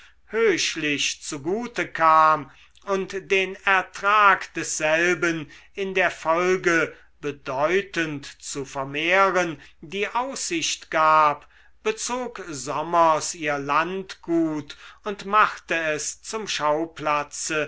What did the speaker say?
höchlich zugute kam und den ertrag desselben in der folge bedeutend zu vermehren die aussicht gab bezog sommers ihr landgut und machte es zum schauplatze